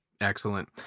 Excellent